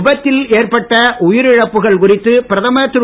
விபத்தில் ஏற்பட்ட உயிரிழப்புகளுக்கு பிரதமர் திரு